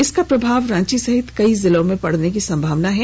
इसका प्रभाव रांची सहित कई जिलों में पड़ने की संभावना है